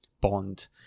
bond